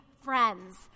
friends